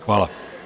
Hvala.